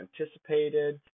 anticipated